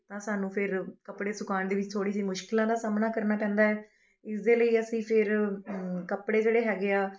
ਤਾਂ ਸਾਨੂੰ ਫੇਰ ਕੱਪੜੇ ਸੁਕਾਉਣ ਦੇ ਵਿੱਚ ਥੋੜ੍ਹੀ ਜਿਹੀ ਮੁਸ਼ਕਲਾਂ ਦਾ ਸਾਹਮਣਾ ਕਰਨਾ ਪੈਂਦਾ ਹੈ ਇਸਦੇ ਲਈ ਅਸੀਂ ਫੇਰ ਕੱਪੜੇ ਜਿਹੜੇ ਹੈਗੇ ਆ